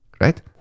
right